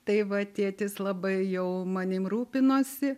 tai va tėtis labai jau manim rūpinosi